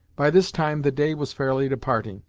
by this time the day was fairly departing,